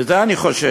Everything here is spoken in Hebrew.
מזה אני חושש.